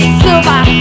silver